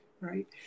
Right